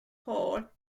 hall